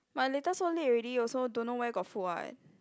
but later so late already also don't know where got food [what]